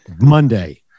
Monday